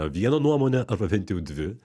vieną nuomonę arba bent jau dvi